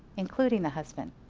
including the husband.